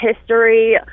history